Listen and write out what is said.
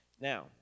Now